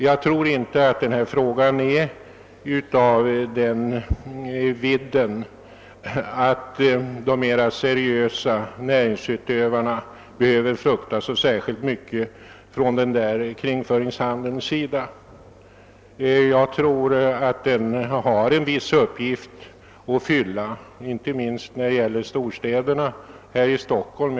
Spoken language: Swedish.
Jag tror inte att den här frågan är av så stor betydelse och att de mera seriösa näringsutövarna behöver frukta så särskilt mycket av kringföringshandeln. Enligt min mening har den en viss uppgift att fylla — inte minst i storstäderna, t.ex. här i Stockholm.